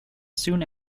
soon